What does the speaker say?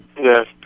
Yes